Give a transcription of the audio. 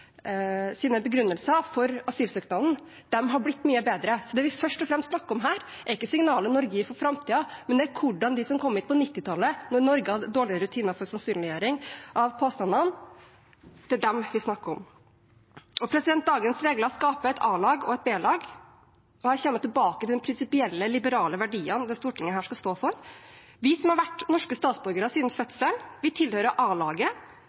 fremst snakker om her, er ikke signalet Norge gir for framtiden, det er de som kom hit på 1990-tallet, da Norge hadde dårlige rutiner for sannsynliggjøring av påstandene, vi snakker om. Dagens regler skaper et A-lag og et B-lag, og her kommer jeg tilbake til de prinsipielle liberale verdiene dette storting skal stå for. Vi som har vært norske statsborgere siden fødselen, tilhører A-laget, som har et umistelig statsborgerskap. Vi